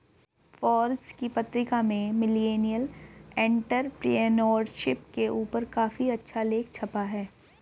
Forbes की पत्रिका में मिलेनियल एंटेरप्रेन्योरशिप के ऊपर काफी अच्छा लेख छपा है